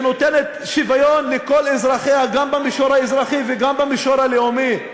שנותנת שוויון לכל אזרחיה גם במישור האזרחי וגם במישור הלאומי?